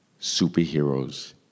superheroes